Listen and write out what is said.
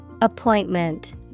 Appointment